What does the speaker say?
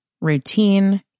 routine